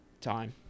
time